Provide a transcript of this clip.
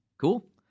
Cool